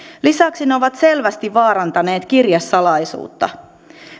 lisäksi ne ovat selvästi vaarantaneet kirjesalaisuutta